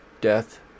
Death